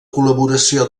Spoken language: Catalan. col·laboració